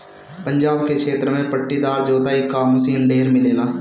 पंजाब के क्षेत्र में पट्टीदार जोताई क मशीन ढेर मिलेला